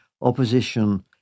opposition